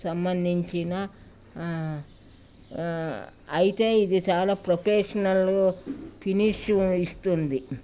సంబంధించిన అయితే ఇది చాలా ప్రొఫెషనల్ ఫినిష్ ఇస్తుంది